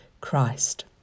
Christ